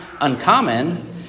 uncommon